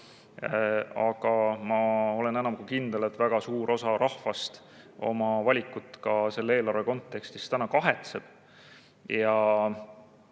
Aga ma olen enam kui kindel, et väga suur osa rahvast oma valikut selle eelarve kontekstis täna kahetseb.